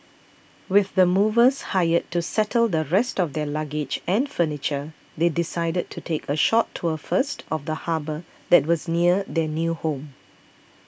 with the movers hired to settle the rest of their luggage and furniture they decided to take a short tour first of the harbour that was near their new home